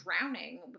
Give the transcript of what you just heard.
drowning